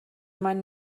meinen